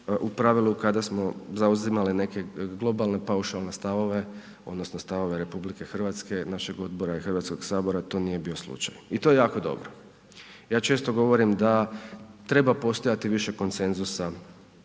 u pravilu kada smo zauzimali neke globalne paušalne stavove odnosno stavove RH našeg odbora i Hrvatskog sabora, to nije bio slučaj i to je jako dobro. Ja često govorim da treba postojati više konsenzusa